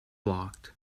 blocked